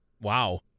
Wow